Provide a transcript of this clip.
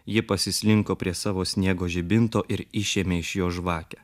ji pasislinko prie savo sniego žibinto ir išėmė iš jo žvakę